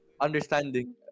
understanding